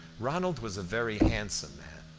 ronald was a very handsome man,